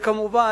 וכמובן,